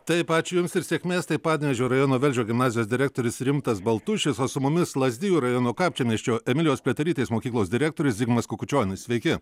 taip ačiū jums ir sėkmės tai panevėžio rajono velžio gimnazijos direktorius rimtas baltušis o su mumis lazdijų rajono kapčiamiesčio emilijos pliaterytės mokyklos direktorius zigmas kukučionis sveiki